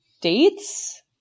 dates